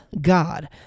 God